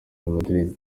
madrid